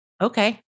okay